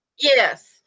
Yes